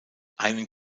einen